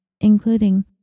including